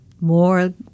more